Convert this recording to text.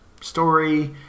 story